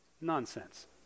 Nonsense